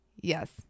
Yes